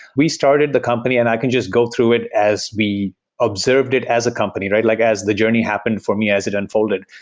we started the company, and i can just go through it as we observed it as a company, like as the journey happened for me as it unfolded.